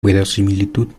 verosimilitud